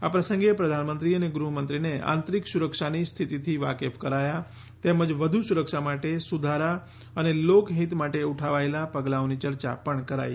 આ પ્રસંગે પ્રધાનમંત્રી અને ગૃહમંત્રીને આંતરીક સુરક્ષાની સ્થિતિથી વાકેફ કરાયા તેમજ વધુ સુરક્ષા માટે સુધારા અને લોકહિત માટે ઉઠાવેલા પગલાંઓની ચર્ચા પણ કરાઈ